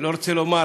לא רוצה לומר